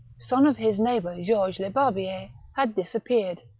son of his neigh bour georges lebarbier, had disappeared.